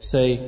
Say